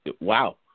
Wow